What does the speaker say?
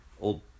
Old